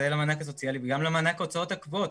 זה במענק הסוציאלי וגם למענק ההוצאות הקבועות.